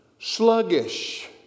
Sluggish